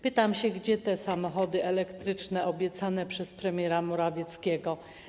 Pytam: Gdzie te samochody elektryczne obiecane przez premiera Morawieckiego?